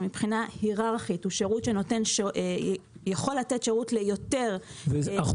שמבחינה היררכית הוא שירות שיכול לתת שירות ליותר אנשים.